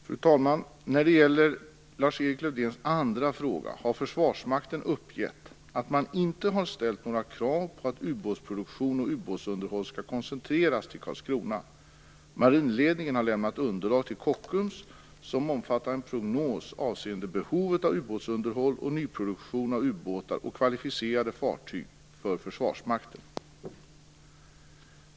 Fru talman! När det gäller Lars-Erik Lövdéns andra fråga har Försvarsmakten uppgett att man inte har ställt några krav på att ubåtsproduktion och utbåtsunderhåll skall koncentreras till Karlskrona. Marinledningen har lämnat underlag till Kockums som omfattar en prognos avseende behovet av ubåtsunderhåll och nyproduktion av ubåtar och kvalificerade fartyg för Försvarsmakten.